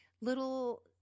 little